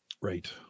right